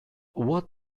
what